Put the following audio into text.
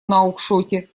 нуакшоте